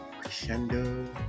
crescendo